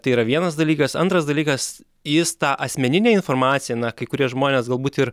tai yra vienas dalykas antras dalykas jis tą asmeninę informaciją na kai kurie žmonės galbūt ir